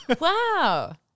Wow